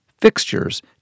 fixtures